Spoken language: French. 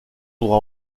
pourra